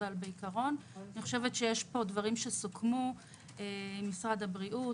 אבל בעיקרון אני חושבת שיש דברים שסוכמו עם משרד הבריאות